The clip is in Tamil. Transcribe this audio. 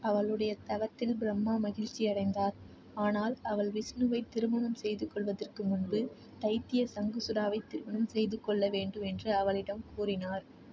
அவளுடைய தவத்தில் பிரம்மா மகிழ்ச்சியடைந்தார் ஆனால் அவள் விஷ்ணுவை திருமணம் செய்து கொள்வதற்கு முன்பு தைத்திய சங்குசுடாவை திருமணம் செய்து கொள்ள வேண்டும் என்று அவளிடம் கூறினார்